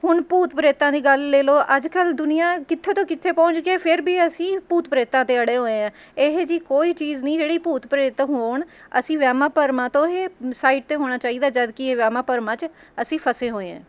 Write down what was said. ਹੁਣ ਭੂਤ ਪ੍ਰੇਤਾਂ ਦੀ ਗੱਲ ਲੈ ਲਓ ਅੱਜ ਕੱਲ੍ਹ ਦੁਨੀਆਂ ਕਿੱਥੇ ਤੋਂ ਕਿੱਥੇ ਪਹੁੰਚ ਗਈ ਫਿਰ ਵੀ ਅਸੀਂ ਭੂਤ ਪ੍ਰੇਤਾਂ 'ਤੇ ਅੜੇ ਹੋਏ ਹਾਂ ਇਹੋ ਜਿਹੀ ਕੋਈ ਚੀਜ਼ ਨਹੀਂ ਜਿਹੜੀ ਭੂਤ ਪ੍ਰੇਤ ਹੋਣ ਅਸੀਂ ਵਹਿਮਾਂ ਭਰਮਾਂ ਤੋਂ ਇਹ ਸਾਈਡ 'ਤੇ ਹੋਣਾ ਚਾਹੀਦਾ ਜਦਕਿ ਇਹ ਭਰਮਾਂ 'ਚ ਅਸੀਂ ਫਸੇ ਹੋਏ ਹਾਂ